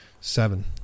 Seven